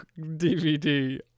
DVD